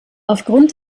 aufgrund